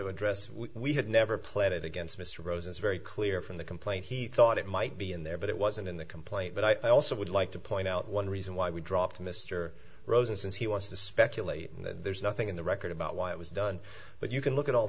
to address we had never played it against mr rosen is very clear from the complaint he thought it might be in there but it wasn't in the complaint but i also would like to point out one reason why we dropped mr rosen since he wants to speculate and there's nothing in the record about why it was done but you can look at all